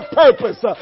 purpose